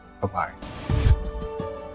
Bye-bye